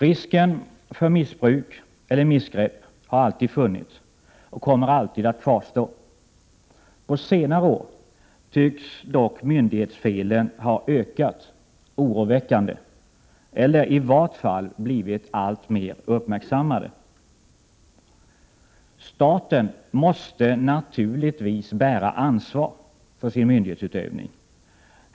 Risken för missbruk eller missgrepp har alltid funnits och 85 kommer alltid att kvarstå. På senare år tycks dock myndighetsfelen ha ökat oroväckande eller i vart fall blivit alltmer uppmärksammade. Staten måste naturligtvis bära ansvar för sin myndighetsutövning.